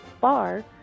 bar